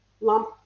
lump